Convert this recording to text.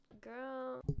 Girl